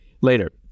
Later